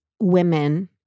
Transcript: women